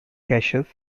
caches